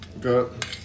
Good